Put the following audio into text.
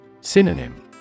Synonym